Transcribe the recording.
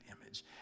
image